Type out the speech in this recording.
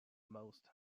most